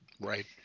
Right